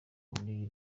muri